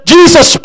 Jesus